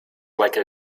like